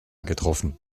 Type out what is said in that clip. getroffen